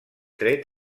tret